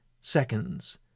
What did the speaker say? seconds